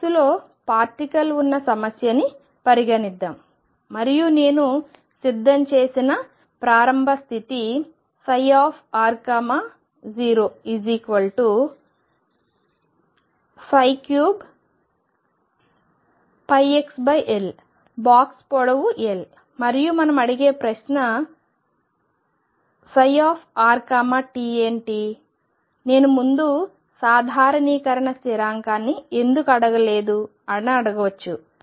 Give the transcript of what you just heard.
box లో particle ఉన్న సమస్యని పరిగనిద్దాం మరియు నేను సిద్ధం చేసిన ప్రారంభ స్థితి r03 πxL బాక్స్ పొడవు L మరియు మనం అడిగే ప్రశ్న ψrt ఏమిటి నేను ముందు సాధారణీకరణ స్థిరాంకాన్ని ఎందుకు రాయలేదు అడగవచ్చు